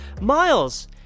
miles